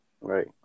Right